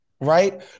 Right